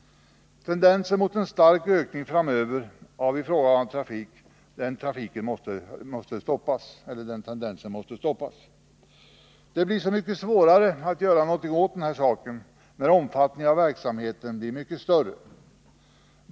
Tendensen mot en stark ökning framöver av ifrågavarande trafik måste stoppas. Det blir så mycket svårare att göra något härvidlag när omfattningen av verksamheten blir mycket större.